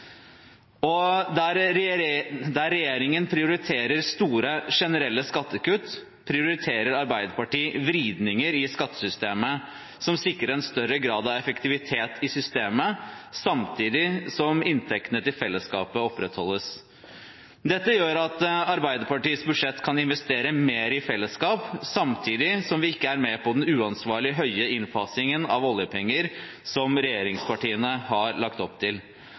forhandlingen. Der regjeringen prioriterer store generelle skattekutt, prioriterer Arbeiderpartiet vridninger i skattesystemet som sikrer en større grad av effektivitet i systemet, samtidig som inntektene til fellesskapet opprettholdes. Dette gjør at Arbeiderpartiets budsjett kan investere mer i fellesskap, samtidig som vi ikke er med på den uansvarlige høye innfasingen av oljepenger som regjeringspartiene har lagt opp til